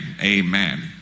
Amen